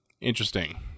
interesting